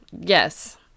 Yes